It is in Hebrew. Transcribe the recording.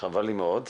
חבל לי מאוד.